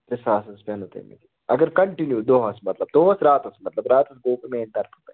ترٛےٚ ساسَس حظ پٮ۪نو تۅہہِ دِنۍ اَگر کَنٹِنیٛوٗ دۄہَس مطلب دۄہَس راتَس مطلب راتَس گوٚو پَتہٕ میٛانہِ طرفہٕ تۄہہِ